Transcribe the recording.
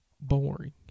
boring